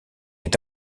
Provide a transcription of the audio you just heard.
est